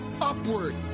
upward